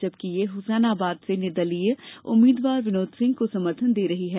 जबकि यह हुसैनाबाद से निर्दलीय उम्मीदवार विनोद सिंह को समर्थन दे रही है